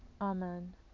Amen